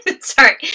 sorry